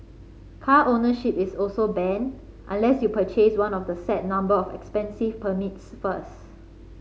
car ownership is also banned unless you purchase one of the set number of expensive permits first